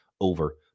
over